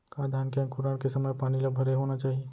का धान के अंकुरण के समय पानी ल भरे होना चाही?